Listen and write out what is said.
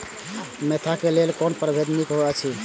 Mentha क लेल कोन परभेद निक होयत अछि?